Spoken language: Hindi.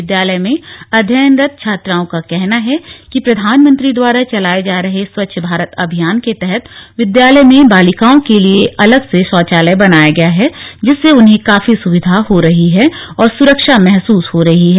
विद्यालय में अध्ययनरत छात्राओं का कहना है कि प्रधानमंत्री द्वारा चलाये जा रहे स्वच्छ भारत अभियान के तहत विद्यालय में बालिकाओं के लिए अलग से शौचालय बनाया गया है जिससे उन्हें काफी सुविधा हो रही है और सुरक्षा महसूस हो रही है